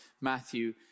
Matthew